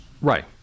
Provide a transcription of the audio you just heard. Right